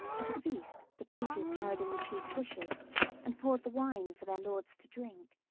at a feast the pages carried in the chief dishes and poured the wine for their lords to drink.